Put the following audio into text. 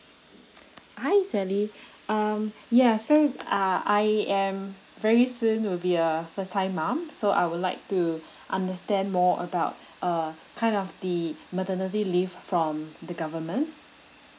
hi sally um ya so uh I am very soon will be a first time mum so I would like to understand more about uh kind of the maternity leave from the government